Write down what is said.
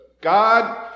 God